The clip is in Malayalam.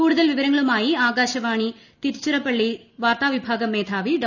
കൂടുതൽ വിവരങ്ങളുമായി ആകാശവ്വാണ് ൃതിരുച്ചിറപ്പള്ളി വാർത്താ വിഭാഗം മേധാവി ഡോ